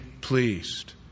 pleased